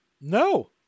no